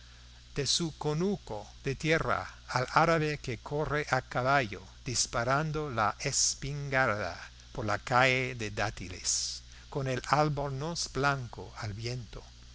de su conuco de tierra al árabe que corre a caballo disparando la espingarda por la calle de dátiles con el albornoz blanco al viento